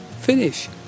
finish